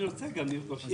אני רוצה גם לרכוש.